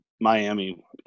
Miami